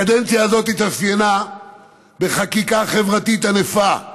הקדנציה הזאת התאפיינה בחקיקה חברתית ענפה,